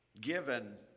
given